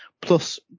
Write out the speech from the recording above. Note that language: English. Plus